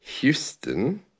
Houston